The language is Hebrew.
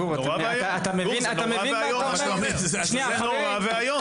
זה נורא ואיום.